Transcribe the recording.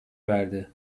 verdi